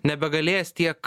nebegalės tiek